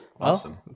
Awesome